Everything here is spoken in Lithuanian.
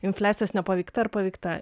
infliacijos nepaveikta ar paveikta